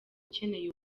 ukeneye